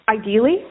Ideally